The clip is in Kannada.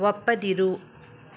ಒಪ್ಪದಿರು